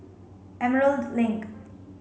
Emerald Link